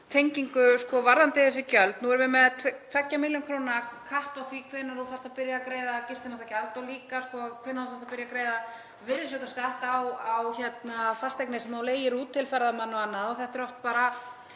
verðbólgutengingu varðandi þessi gjöld. Nú erum við með 2 millj. kr. viðmið á því hvenær þú þarft að byrja að greiða gistináttagjald og líka hvenær þú átt að byrja að greiða virðisaukaskatt af fasteign sem þú leigir út til ferðamanna og annað. Þetta eru oft bara